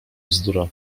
bzdura